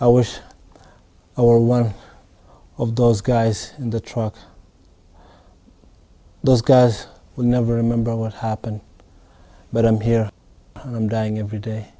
i was or one of those guys in the truck those guys will never remember what happened but i'm here i'm dying every day